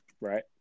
right